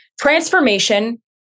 Transformation